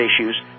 issues